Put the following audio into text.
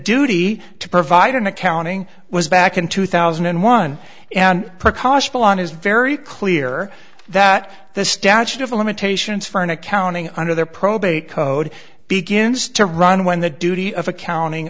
duty to provide an accounting was back in two thousand and one and prakash fell on his very clear that the statute of limitations for an accounting under their probate code begins to run when the duty of accounting